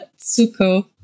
Tsuko